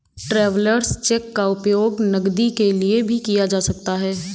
travellers cheque का उपयोग नकदी के लिए भी किया जा सकता है